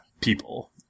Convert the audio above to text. people